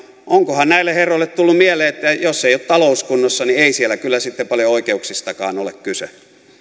onkohan näille herroille tullut mieleen että jos ei ole talous kunnossa niin ei siellä kyllä sitten paljon oikeuksistakaan ole kyse